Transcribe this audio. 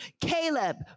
Caleb